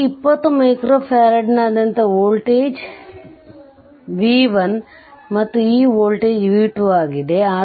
ಈ 20 ಮೈಕ್ರೊ ಫರಾಡ್ನಾದ್ಯಂತ voltage b 1 ಮತ್ತು ಈ ವೋಲ್ಟೇಜ್ b 2 ಆಗಿದೆ